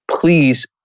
Please